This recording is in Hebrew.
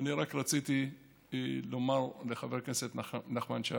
אני רק רציתי לומר לחבר הכנסת נחמן שי: